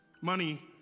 Money